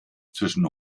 zwischen